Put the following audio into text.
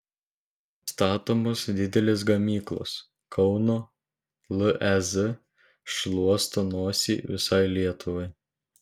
statomos didelės gamyklos kauno lez šluosto nosį visai lietuvai